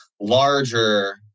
larger